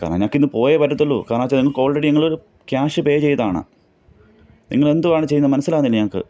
കാരണം ഞങ്ങൾക്കിന്ന് പോയെ പറ്റുള്ളു കാരണം എന്നു വച്ചാൽ ആൾറെഡി ഞങ്ങൾ ക്യാഷ് പേ ചെയ്തതാണ് നിങ്ങൾ എന്തുവാണ് ചെയ്യുന്നത് മനസ്സിലാകുന്നില്ല ഞങ്ങൾക്ക്